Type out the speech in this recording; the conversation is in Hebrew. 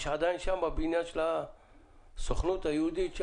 יש עדיין שם בניין של הסוכנות היהודית,